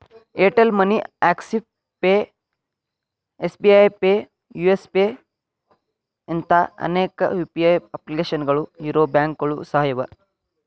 Airtel money Axis pay SBI pay Yes pay ಇಂಥಾ ಅನೇಕ UPI ಅಪ್ಲಿಕೇಶನ್ಗಳು ಇರೊ ಬ್ಯಾಂಕುಗಳು ಸಹ ಅವ